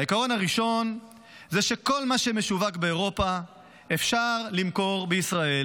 העיקרון הראשון זה שכל מה שמשווק באירופה אפשר למכור בישראל.